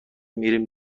میریم